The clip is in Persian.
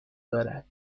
دارد